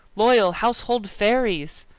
loyal household fairies!